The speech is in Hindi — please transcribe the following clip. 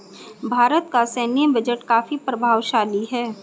भारत का सैन्य बजट काफी प्रभावशाली है